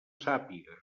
sàpiga